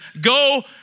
Go